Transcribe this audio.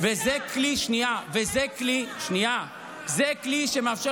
השר הזה, לא אכפת